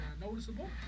noticeable